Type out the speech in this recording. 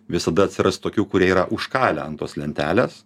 visada atsiras tokių kurie yra užkalę ant tos lentelės